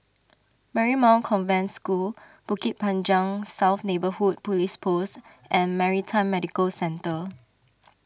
Marymount Convent School Bukit Panjang South Neighbourhood Police Post and Maritime Medical Centre